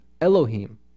Elohim